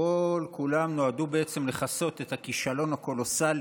שכל-כולן נועדו בעצם לכסות את הכישלון הקולוסלי